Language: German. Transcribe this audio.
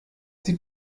die